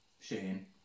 Shane